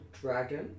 dragon